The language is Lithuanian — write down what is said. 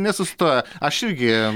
nesustoja aš irgi